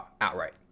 outright